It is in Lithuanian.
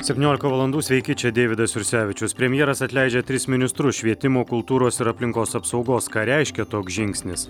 septyniolika valandų sveiki čia deividas jursevičius premjeras atleidžia tris ministrus švietimo kultūros ir aplinkos apsaugos ką reiškia toks žingsnis